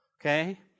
Okay